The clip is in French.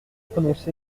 prononcer